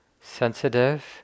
sensitive